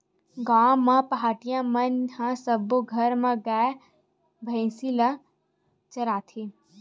गाँव म पहाटिया मन ह सब्बो घर के गाय, भइसी ल चराथे